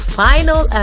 final